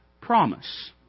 Promise